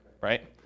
right